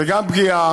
זה גם פגיעה,